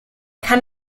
kann